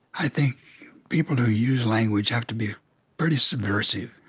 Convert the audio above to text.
i think people who use language have to be pretty subversive.